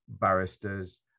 barristers